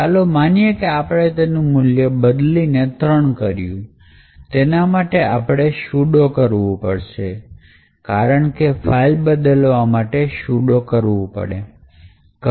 ચલો માનીએ કે આપણે તેનું મૂલ્ય બદલીને ત્રણ કર્યું તેના માટે આપણે sudo કરવું પડશે કારણ કે ફાઇલ બદલવા માટે sudo કરવું પડે